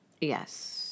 Yes